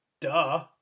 duh